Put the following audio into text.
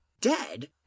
Dead